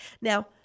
Now